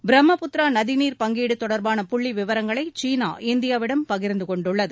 பிரம்மபுத்திரா நதிநீர் பங்கீடு தொடர்பான புள்ளி விவரங்களை சீனா இந்தியாவிடம் பகிர்ந்து கொண்டுள்ளது